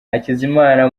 hakizimana